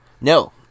No